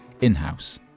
In-house